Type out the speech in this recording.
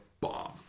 bomb